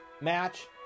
match